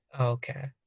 Okay